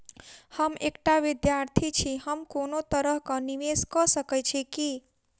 हम एकटा विधार्थी छी, हम कोनो तरह कऽ निवेश कऽ सकय छी की?